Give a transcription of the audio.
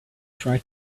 try